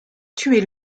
tuer